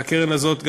והקרן הזאת,